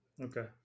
Okay